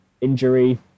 injury